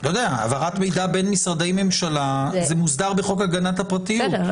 העברת מידע בין משרדי ממשלה מוסדר בחוק הגנת הפרטיות,